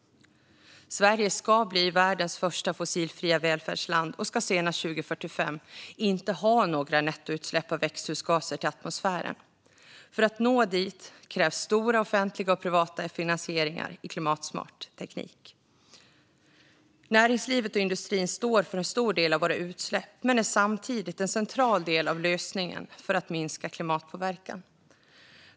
Sverige ska bli världens första fossilfria välfärdsland och ska senast 2045 inte ha några nettoutsläpp av växthusgaser till atmosfären. För att nå dit krävs stora offentliga och privata finansieringar i klimatsmart teknik. Näringslivet och industrin står för en stor del av våra utsläpp men är samtidigt en central del av lösningen för att minska klimatpåverkan.